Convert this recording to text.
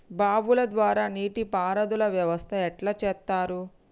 బావుల ద్వారా నీటి పారుదల వ్యవస్థ ఎట్లా చేత్తరు?